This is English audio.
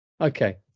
okay